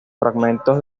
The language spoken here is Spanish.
fragmentos